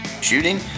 shooting